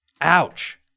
Ouch